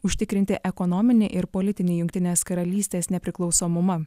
užtikrinti ekonominį ir politinį jungtinės karalystės nepriklausomumą